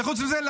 וחוץ מזה,